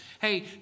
Hey